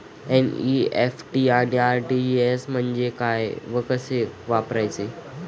NEFT आणि RTGS म्हणजे काय व कसे वापरायचे?